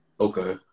Okay